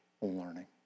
learning